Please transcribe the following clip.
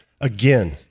again